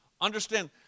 Understand